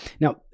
Now